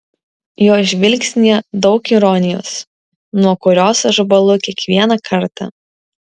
jos žvilgsnyje daug ironijos nuo kurios aš bąlu kiekvieną kartą